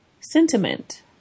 sentiment